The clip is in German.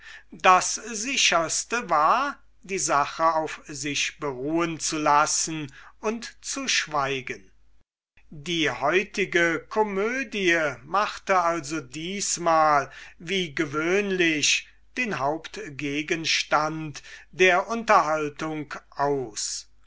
das sicherste war also die sache auf sich beruhen zu lassen und zu schweigen die heutige komödie machte also diesmal wie gewöhnlich den hauptgegenstand der unterhaltung aus